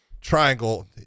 triangle